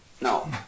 No